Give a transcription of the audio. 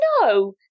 no